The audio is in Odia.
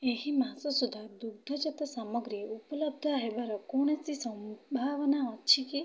ଏହି ମାସ ସୁଦ୍ଧା ଦୁଗ୍ଧଜାତ ସାମଗ୍ରୀ ଉପଲବ୍ଧ ହେବାର କୌଣସି ସମ୍ଭାବନା ଅଛି କି